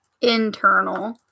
internal